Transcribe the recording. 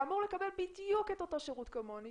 שאמור לקבל בדיוק את אותו שירות כמוני